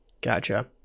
gotcha